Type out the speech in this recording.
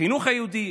החינוך היהודי,